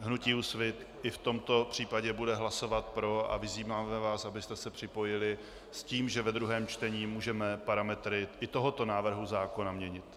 Hnutí Úsvit i v tomto případě bude hlasovat pro a vyzýváme vás, abyste se připojili, s tím, že ve druhém čtení můžeme parametry i tohoto návrhu zákona měnit.